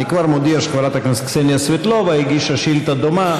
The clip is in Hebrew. אני כבר מודיע שחברת הכנסת קסניה סבטלובה הגישה שאילתה דומה,